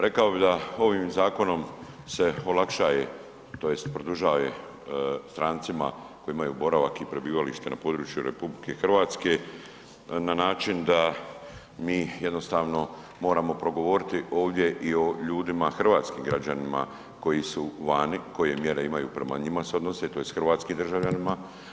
Rekao bih da ovim zakonom se olakšaje, tj. produžaje strancima koji imaju boravak i prebivalište na području RH na način da mi jednostavno moramo progovoriti ovdje i o ljudima, hrvatskim građanima koji su vani, koje mjere imaju prema njima se odnose, tj. hrvatskim državljanima.